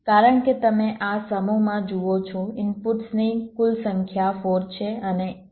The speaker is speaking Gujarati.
કારણ કે તમે આ સમૂહમાં જુઓ છો ઇનપુટ્સની કુલ સંખ્યા 4 છે અને 1 આઉટપુટ છે